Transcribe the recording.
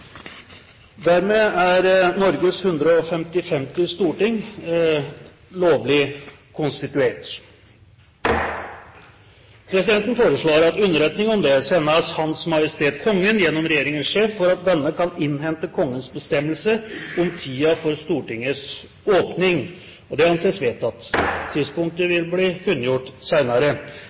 Woldseth er foreslått som visesekretær. – Andre forslag foreligger ikke. Norges 155. storting erklæres herved lovlig konstituert. Presidenten foreslår at underretning om dette sendes Hans Majestet Kongen gjennom regjeringens sjef, for at denne kan innhente Kongens bestemmelse om tiden for Stortingets åpning. – Det anses vedtatt. Tidspunktet vil bli kunngjort